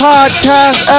Podcast